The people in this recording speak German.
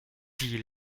die